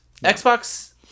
xbox